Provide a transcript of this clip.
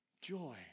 Joy